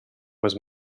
was